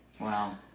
Wow